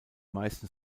meisten